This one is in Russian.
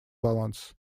баланс